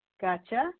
Gotcha